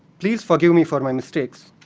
please forgive me for my mistakes.